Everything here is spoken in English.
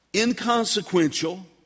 inconsequential